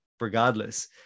regardless